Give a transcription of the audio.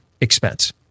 expense